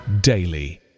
daily